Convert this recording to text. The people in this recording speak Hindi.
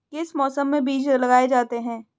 किस मौसम में बीज लगाए जाते हैं?